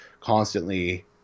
constantly